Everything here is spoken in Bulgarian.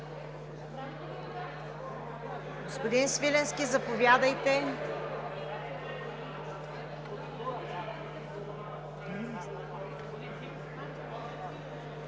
Господин Свиленски, заповядайте.